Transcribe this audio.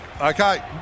Okay